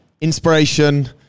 inspiration